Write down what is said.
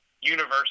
universe